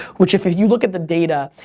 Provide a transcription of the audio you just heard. which if if you look at the data,